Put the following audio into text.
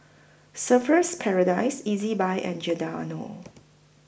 Surfer's Paradise Ezbuy and Giordano